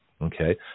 Okay